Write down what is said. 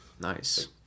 Nice